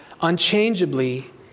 unchangeably